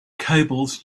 cables